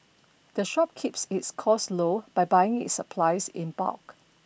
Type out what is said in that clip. the shop keeps its costs low by buying its supplies in bulk